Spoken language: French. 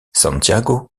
santiago